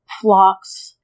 flocks